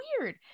weird